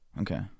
Okay